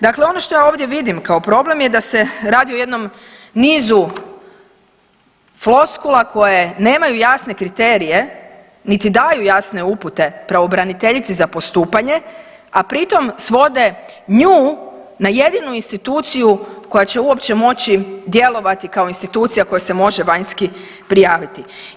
Dakle, ono što ja ovdje vidim kao problem je da se radi o jednom nizu floskula koje nemaju jasne kriterije, niti daju jasne upute pravobraniteljici za postupanje, a pritom svode nju na jedinu instituciju koja će uopće moći djelovati kao institucija kojoj se može vanjski prijaviti.